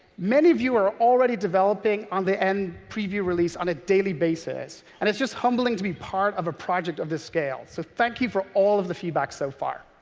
many of you are already developing on the n preview release on a daily basis and it's just humbling to be part of a project of this scale. so thank you for all of the feedback so far.